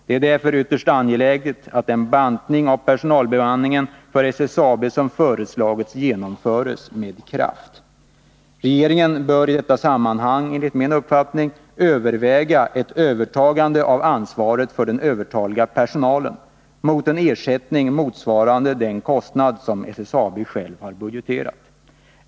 Det är därför ytterst angeläget att den bantning av personalbemanningen för SSAB som föreslagits genomförs med kraft. Regeringen bör i detta sammanhang, enligt min uppfattning, överväga ett övertagande av ansvaret för den övertaliga personalen, mot en ersättning motsvarande den kostnad som SSAB självt har budgeterat.